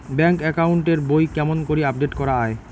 Bank account এর বই কেমন করি আপডেট করা য়ায়?